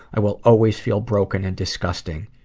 i will always feel broken and disgusting.